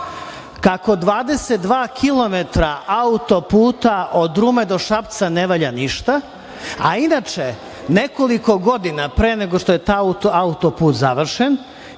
kako 22 kilometra autoputa od Rume do Šapca ne valja ništa, a inače nekoliko godina pre nego što je taj autoput završen